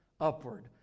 upward